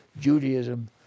Judaism